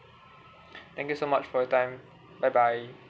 okay thank you so much for your time bye bye